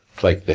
like,